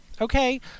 Okay